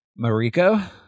Mariko